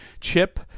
chip